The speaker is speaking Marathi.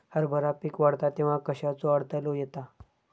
हरभरा पीक वाढता तेव्हा कश्याचो अडथलो येता?